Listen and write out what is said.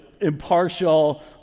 impartial